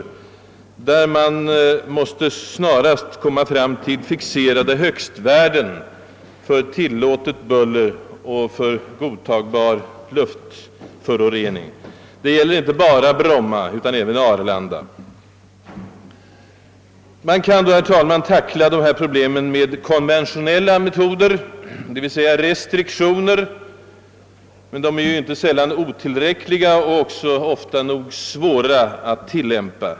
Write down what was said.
Man måste därvid snarast fastställa fixerade högsta värden för tillåtet buller och för godtagbar luftförorening. Detta gäller inte bara Bromma utan självfallet även Arlanda. Man kan, herr talman, tackla dessa problem med konventionella metoder, d.v.s. restriktioner, men de är inte sällan otillräckliga och också ofta nog svåra att tillämpa.